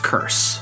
Curse